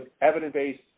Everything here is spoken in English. evidence-based